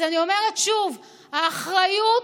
אז אני אומרת שוב, האחריות,